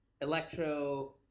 electro